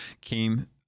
came